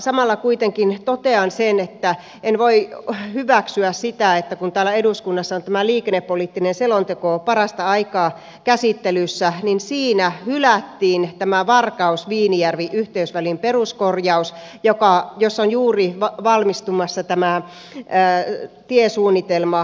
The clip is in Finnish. samalla kuitenkin totean sen että en voi hyväksyä sitä että kun täällä eduskunnassa on tämä liikennepoliittinen selonteko parasta aikaa käsittelyssä niin siinä hylättiin tämä varkausviinijärvi yhteysvälin peruskorjaus josta on juuri valmistumassa tämä tiesuunnitelma